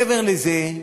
מעבר לזה,